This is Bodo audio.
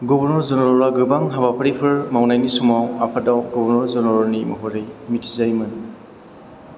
गभर्नर जेनेरेलआ गोबां हाबाफारिफोर मावनायनि समाव आफादाव गभर्नर जेनेरेल महरै मिथिजायोमोन